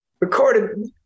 Recorded